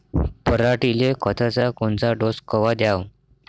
पऱ्हाटीले खताचा कोनचा डोस कवा द्याव?